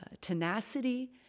tenacity